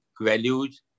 values